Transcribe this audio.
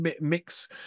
mix